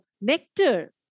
nectar